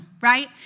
right